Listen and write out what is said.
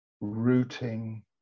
rooting